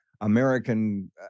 American